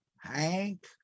Hank